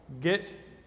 get